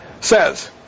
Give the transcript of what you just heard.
says